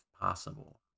possible